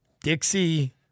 Dixie